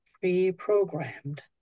pre-programmed